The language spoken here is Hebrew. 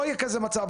לא יהיה כזה מצב.